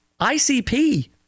ICP